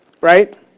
right